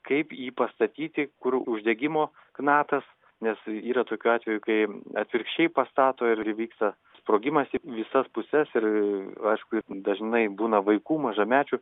kaip jį pastatyti kur uždegimo knatas nes yra tokių atvejų kai atvirkščiai pastato ir įvyksta sprogimas į visas puses ir aišku ir dažnai būna vaikų mažamečių